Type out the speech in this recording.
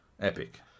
Epic